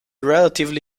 relatively